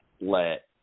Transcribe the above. let